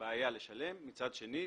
בעיה לשלם, מצד שני.